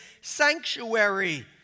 sanctuary